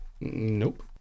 Nope